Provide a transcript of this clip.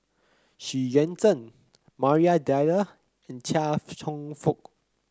Xu Yuan Zhen Maria Dyer and Chia Cheong Fook